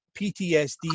PTSD